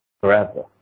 forever